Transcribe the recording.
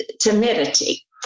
timidity